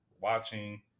watching